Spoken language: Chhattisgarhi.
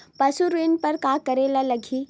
पशु ऋण बर का करे ला लगही?